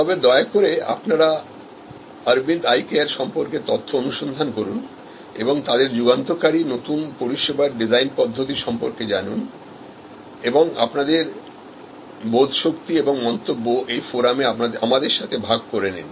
সুতরাং দয়া করে আপনারা Aravind Eye Care সম্পর্কে তথ্য অনুসন্ধান করুন এবং তাদের যুগান্তকারী নতুন পরিষেবার ডিজাইন পদ্ধতিসম্পর্কে জানুন এবং আপনাদের বোধশক্তি এবং মন্তব্য এই ফোরামে আমাদের সাথে ভাগ করে নিন